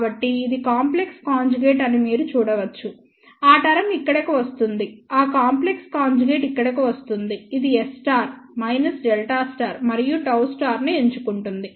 కాబట్టి ఇది complex conjugate అని మీరు చూడవచ్చు ఆ టర్మ్ ఇక్కడకు వస్తుంది ఆ కాంప్లెక్స్ కాంజుగేట్ ఇక్కడకు వస్తుంది ఇది S Δ మరియు Γ ను ఎంచుకుంటుంది